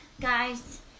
guys